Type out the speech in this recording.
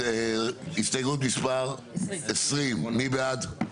הסתייגות מספר 20. מי בעד?